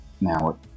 now